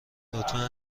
لطفا